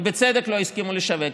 ובצדק לא הסכימו לשווק,